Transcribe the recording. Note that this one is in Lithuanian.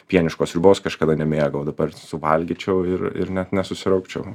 pieniškos sriubos kažkada nemėgau dabar suvalgyčiau ir ir net nesusiraukčiau